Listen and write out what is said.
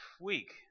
week